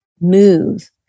move